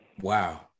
Wow